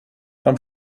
tam